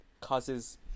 causes